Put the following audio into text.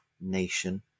nation